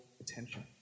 attention